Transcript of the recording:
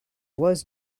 was